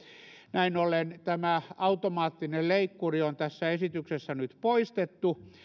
näin ollen tämä automaattinen leikkuri on tässä esityksessä nyt poistettu